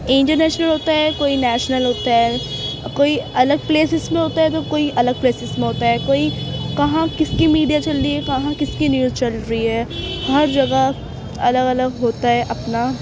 inter national ہوتا ہے کوئی نیشنل ہوتا ہے کوئی الگ پلیس میں ہوتا ہے تو کوئی الگ پلیسس میں ہوتا ہے کوئی کہاں کس کی میڈیا چل رہی ہے کہاں کس کی نیوز چل رہی ہے ہر جگہ الگ الگ ہوتا ہے اپنا